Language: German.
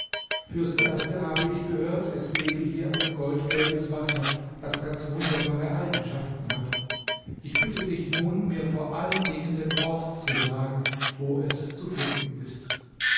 fürs erste habe ich gehört es gebe hier ein goldgelbes wasser das ganz wunderbare eigenschaften habe ich bitte dich nun mir vor allen dingen den ort zu sagen wo es zu finden ist